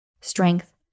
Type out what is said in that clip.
strength